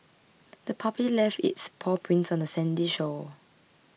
the puppy left its paw prints on the sandy shore